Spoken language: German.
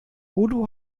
udo